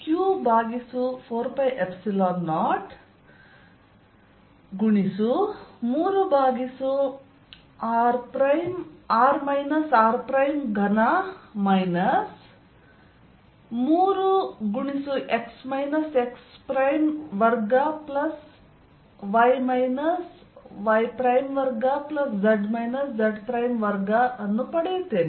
ಆದ್ದರಿಂದ ನಾನು q4π0 3 over r r3 minus 3 x x2 plus y y2 plus z z2 ಅನ್ನು ಪಡೆಯುತ್ತೇನೆ